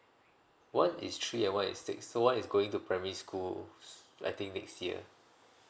one is three and one is six so one is going to primary school I think next year